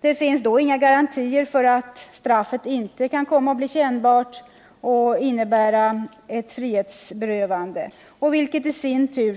Det finns då inga garantier för att inte straffet kan komma att bli kännbart och innebära frihetsberövande, vilket